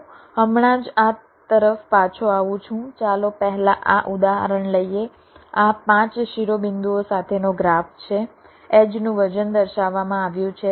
હું હમણાં જ આ તરફ પાછો આવું છું ચાલો પહેલા આ ઉદાહરણ લઈએ આ 5 શિરોબિંદુઓ સાથેનો ગ્રાફ છે એડ્જનું વજન દર્શાવવામાં આવ્યું છે